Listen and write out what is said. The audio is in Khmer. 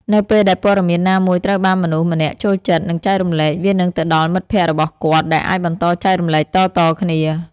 នៅពេលដែលព័ត៌មានណាមួយត្រូវបានមនុស្សម្នាក់ចូលចិត្ត និងចែករំលែក វានឹងទៅដល់មិត្តភក្តិរបស់គាត់ ដែលអាចបន្តចែករំលែកតៗគ្នា។